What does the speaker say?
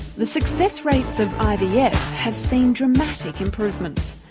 the success rates of ivf yeah have seen dramatic improvements.